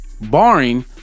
barring